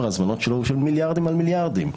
ההזמנות שלה הוא מיליארדים על מיליארדים.